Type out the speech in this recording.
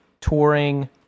touring